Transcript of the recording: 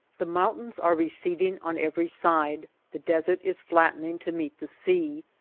the mountains are receding on every side, the desert is flattening to meet the sea,